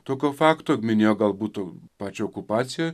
tokio fakto minėjo gal būtų pačią okupaciją